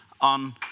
on